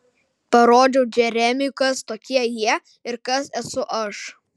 parodžiau džeremiui kas tokie jie ir kas esu aš